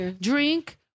drink